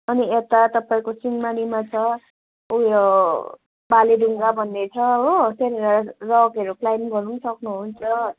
अनि यता तपाईँको चिनमारीमा छ उयो भालेढुङ्गा भन्ने हो त्यहाँनिर रकहरू क्लाइम्ब गर्नु पनि सक्नुहुन्छ